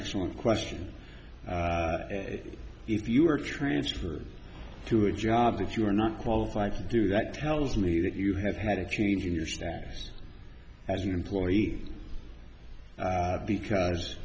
excellent question if you are transferred to a job that you are not qualified to do that tells me that you have had a change in your status as an employee